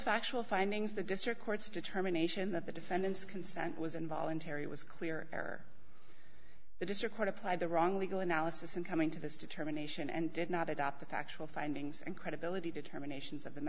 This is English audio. factual findings the district court's determination that the defendant's consent was involuntary it was clear the district court applied the wrong legal analysis in coming to this determination and did not adopt the factual findings and credibility determinations